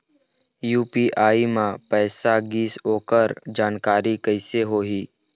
UPI म पैसा गिस ओकर जानकारी कइसे होही?